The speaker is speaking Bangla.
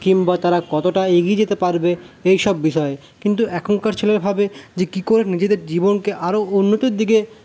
কিংবা তারা কতটা এগিয়ে যেতে পারবে এইসব বিষয়ে কিন্তু এখনকার ছেলেমেয়েরা ভাবে যে কি করে নিজেদের জীবনকে আর উন্নতির দিকে